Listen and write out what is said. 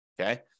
Okay